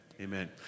Amen